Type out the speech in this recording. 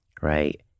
right